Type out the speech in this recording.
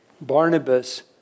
Barnabas